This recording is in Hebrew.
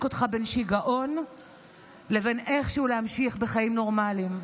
אותך בין שיגעון לבין איכשהו להמשיך בחיים נורמליים.